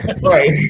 Right